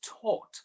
taught